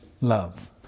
love